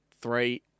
Three